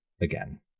again